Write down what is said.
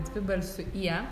dvibalsiu ie